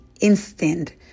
instant